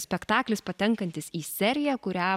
spektaklis patenkantis į seriją kurią